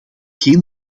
geen